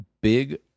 big